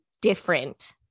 different